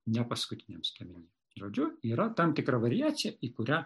nepaskutiniam skiemeny žodžiu yra tam tikra variacija į kurią